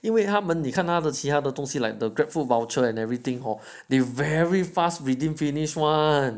因为他们你看他的其他的东西 like the Grab food voucher and everything hor they very fast redeem finish one